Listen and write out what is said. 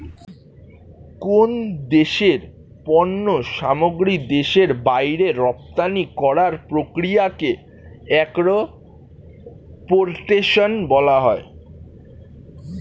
কোন দেশের পণ্য সামগ্রী দেশের বাইরে রপ্তানি করার প্রক্রিয়াকে এক্সপোর্টেশন বলা হয়